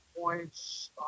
points